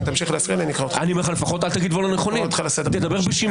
אם תמשיך להפריע, אני אקרא לך לסדר פעם נוספת.